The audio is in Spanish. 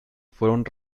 fueron